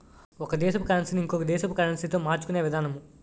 ఒక దేశపు కరన్సీ ని ఇంకొక దేశపు కరెన్సీతో మార్చుకునే విధానము